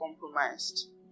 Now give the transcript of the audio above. compromised